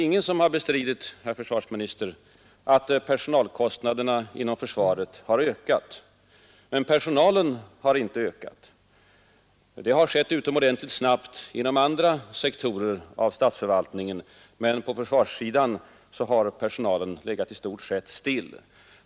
Ingen har bestritt, herr försvarsminister, att personalkostnaderna inom försvaret har ökat. Men personalen har inte ökat. En personalökning har skett utomordentligt snabbt inom andra sektorer av statsförvaltningen, men på försvarssidan har personalstyrkan varit i stort sett oförändrad.